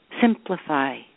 Simplify